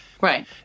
Right